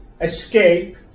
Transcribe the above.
escape